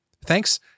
Thanks